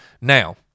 Now